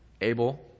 Abel